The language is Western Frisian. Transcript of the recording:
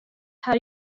har